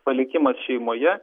palikimas šeimoje